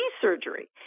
surgery